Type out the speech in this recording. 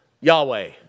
Yahweh